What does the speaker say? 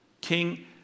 King